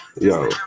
Yo